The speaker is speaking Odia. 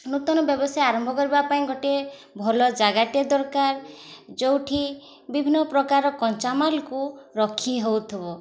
ନୂତନ ବ୍ୟବସାୟ ଆରମ୍ଭ କରିବା ପାଇଁ ଗୋଟିଏ ଭଲ ଜାଗାଟିଏ ଦରକାର ଯୋଉଠି ବିଭିନ୍ନ ପ୍ରକାର କଞ୍ଚାମାଲକୁ ରଖି ହେଉଥିବ